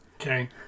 Okay